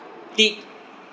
take